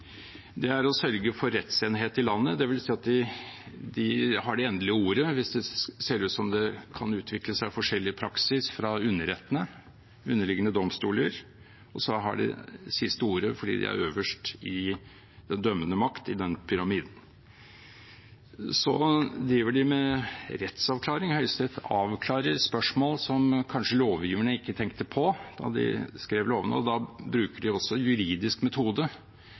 det endelige ordet hvis det ser ut som det kan utvikle seg forskjellig praksis fra underrettene, underliggende domstoler. De har det siste ordet fordi de er øverste dømmende makt i denne pyramiden. Så driver de med rettsavklaringer. Høyesterett avklarer spørsmål som kanskje lovgiverne ikke tenkte på da de skrev lovene. Da bruker de også juridisk metode,